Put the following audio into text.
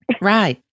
Right